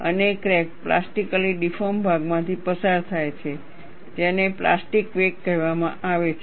અને crack plastically deform ભાગમાંથી પસાર થાય છે જેને પ્લાસ્ટિક વેક કહેવામાં આવે છે